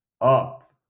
up